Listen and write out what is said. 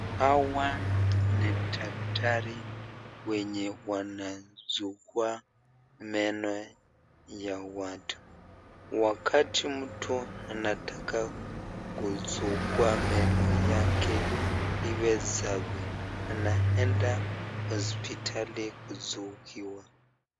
Hawa ni daktari wenye wanasugua meno ya watu. Wakati mtu anataka kusugua meno yake iwe safi anaenda hospitali kusuguliwa.